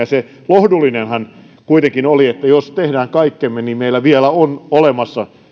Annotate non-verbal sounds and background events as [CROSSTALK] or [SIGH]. [UNINTELLIGIBLE] se lohdullinen asiahan kuitenkin on että jos teemme kaikkemme niin meillä on vielä olemassa